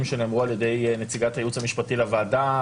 שנאמרו ע"י נציגת הייעוץ המשפטי לוועדה.